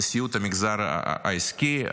נשיאות המגזר העסקי.